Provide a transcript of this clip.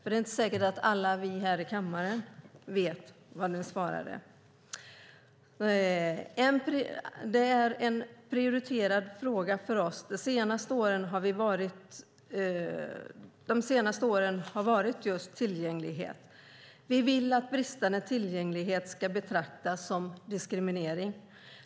Det är inte säkert att alla här i kammaren vet vad ni svarade. Ni svarade: Det är en prioriterad fråga för oss. De senaste åren har det gällt just tillgänglighet. Vi vill att bristande tillgänglighet ska betraktas som diskriminering.